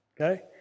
Okay